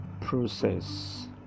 process